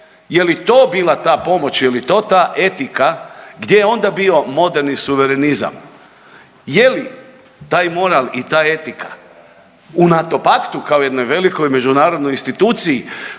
Je li to bila ta pomoć ili je to ta etika gdje je onda bio moderni suverenizam. Je li taj moral i ta etika u NATO paktu kao jednoj velikoj međunarodnoj instituciji